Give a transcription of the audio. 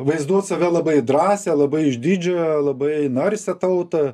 vaizduot save labai drąsią labai išdidžią labai norsią tautą